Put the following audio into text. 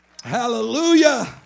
Hallelujah